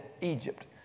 Egypt